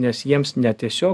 nes jiems ne tiesiog